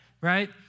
right